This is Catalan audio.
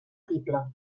tible